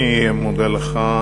אני מודה לך.